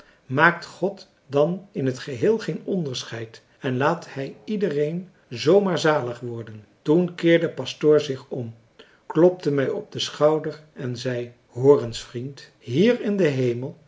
maakt god dan in t geheel geen onderscheid en laat hij iedereen zoo maar zalig worden toen keerde pastoor zich om klopte mij op den schouder en zei hoor eens vriend hier in den hemel